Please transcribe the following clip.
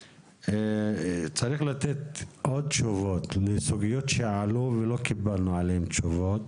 צריך לתת עוד תשובות לסוגיות שעלו ולא קיבלנו עליהן תשובות,